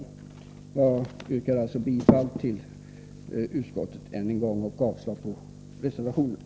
Jag yrkar alltså än en gång bifall till utskottets hemställan och därmed avslag på reservationerna.